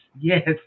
yes